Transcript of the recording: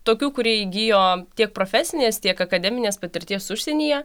tokių kurie įgijo tiek profesinės tiek akademinės patirties užsienyje